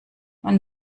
man